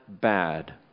bad